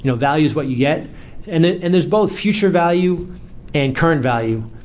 you know value is what you get. and and there's both future value and current value.